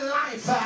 life